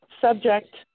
subject